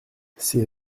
ces